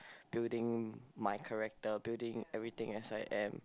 building my character building everything as I am